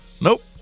Nope